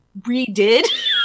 redid